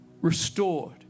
restored